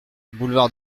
boulevard